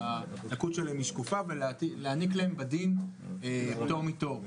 שהלקות שלהם היא שקופה ולהעניק להם בדין פטור מתור.